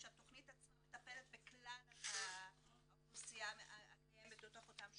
כשהתכנית עצמה מטפלת בכלל האוכלוסייה הקיימת בתוך אותן שכונות.